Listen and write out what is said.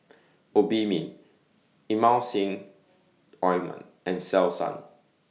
Obimin Emulsying Ointment and Selsun